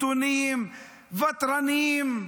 מתונים, ותרנים.